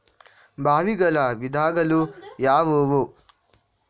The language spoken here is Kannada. ಬಾವಿಗಳ ವಿಧಗಳು ಯಾವುವು?